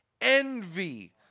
envy